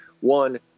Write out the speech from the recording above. one